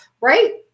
right